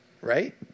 Right